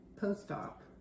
post-op